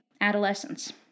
Adolescence